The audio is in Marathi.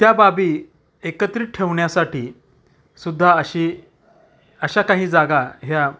त्या बाबी एकत्रित ठेवण्यासाठी सुद्धा अशी अशा काही जागा ह्या